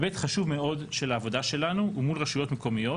היבט חשוב מאוד של העבודה שלנו הוא מול רשויות מקומיות